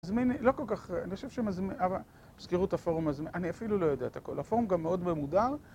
מזמין, לא כל כך, אני חושב שמזמין, יסגרו את הפורום, אני אפילו לא יודע את הכל, הפורום גם מאוד ממודר